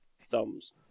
Thumbs